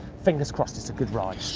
fingers crossed, it's a good ride.